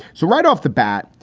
so right off the bat,